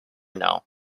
know